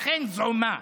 אכן זעומה,